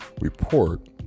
report